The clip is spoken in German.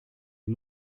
die